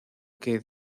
que